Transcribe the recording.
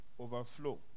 overflow